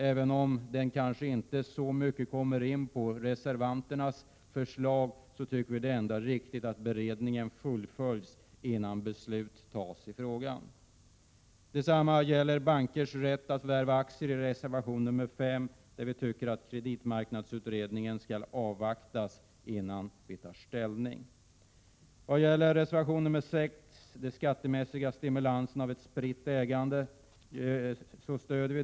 Även om den kanske inte så mycket kommer in på reservanternas förslag tycker vi att det ändå är riktigt att beredningen fullföljs innan beslut fattas i frågan. Detsamma gäller bankers rätt att förvärva aktier, som behandlas i reservation 5. Vi tycker att kreditmarknadskommitténs pågående utredning skall avvaktas innan vi tar ställning. Vi stöder reservation 6 om skattemässig stimulans av ett spritt ägande.